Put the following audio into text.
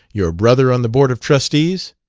your brother on the board of trustees.